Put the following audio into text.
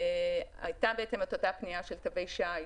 הייתה אותה פנייה של תווי שי,